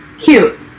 Cute